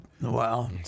Wow